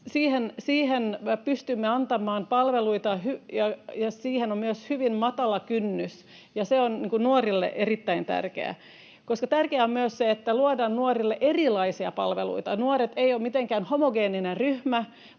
Siihen pystymme antamaan palveluita, ja siihen on myös hyvin matala kynnys, ja se on nuorille erittäin tärkeää. Tärkeää on myös se, että luodaan nuorille erilaisia palveluita. Nuoret eivät ole mitenkään homogeeninen ryhmä,